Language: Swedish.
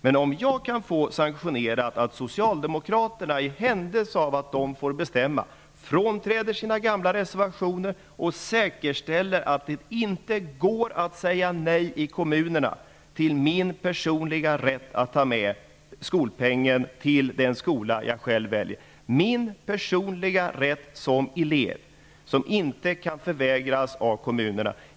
Kan jag få sanktionerat att socialdemokraterna i händelse av att de får bestämma frånträder sina gamla reservationer, och säkerställer att det inte går att säga nej i kommunerna till min personliga rätt som elev att ta med skolpengen till den skola jag själv väljer -- min personliga rätt som elev, som inte kan förvägras av kommunerna?